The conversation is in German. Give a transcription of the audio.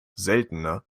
seltener